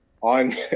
on